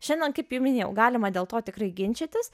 šiandien kaip jau minėjau galima dėl to tikrai ginčytis